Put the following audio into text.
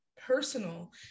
personal